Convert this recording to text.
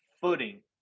footing